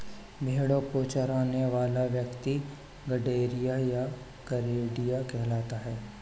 भेंड़ों को चराने वाला व्यक्ति गड़ेड़िया या गरेड़िया कहलाता है